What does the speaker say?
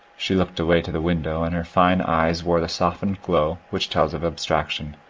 she looked away to the window, and her fine eyes wore the softened glow which tells of abstraction,